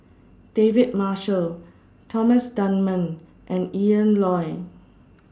David Marshall Thomas Dunman and Ian Loy